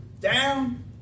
Down